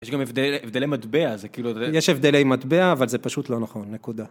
יש גם הבדלי מטבע, זה כאילו... יש הבדלי מטבע, אבל זה פשוט לא נכון, נקודה.